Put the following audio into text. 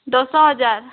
ଦଶ ହଜାର